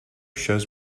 shows